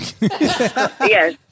Yes